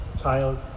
child